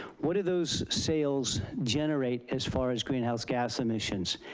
what do those sales generate as far as greenhouse gas emissions?